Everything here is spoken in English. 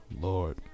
Lord